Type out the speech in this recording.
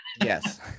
Yes